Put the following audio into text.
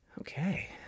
Okay